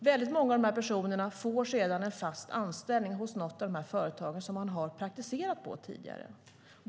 Väldigt många av de här personerna får sedan en fast anställning hos något av de företag som de har praktiserat på tidigare.